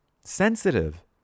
Sensitive